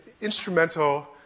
instrumental